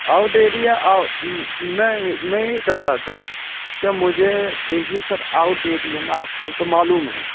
out area میں میں یہ چاہ رہا تھا کہ مجھے دیکھیے سر آؤٹ ایریے میں آپ کو تو معلوم ہیں